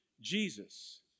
Jesus